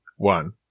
One